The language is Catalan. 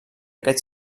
aquest